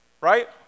right